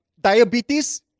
diabetes